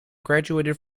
graduated